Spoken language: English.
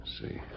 see